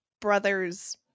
brother's